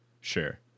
sure